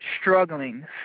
struggling